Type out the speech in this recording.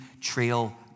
trail